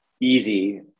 easy